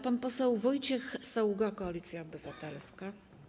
Pan poseł Wojciech Saługa, Koalicja Obywatelska.